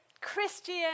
Christian